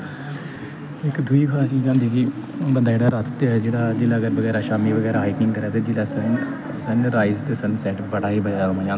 इक दूई खासी गल्ल इ'यै कि बंदा जेह्ड़ा रातीं दिन बगैरा शामीं बगैरा हाकिंग करै ते सं'ञा सन राइस ते सनसैट बड़ा ही मजा आंदा उसी दिक्खने दा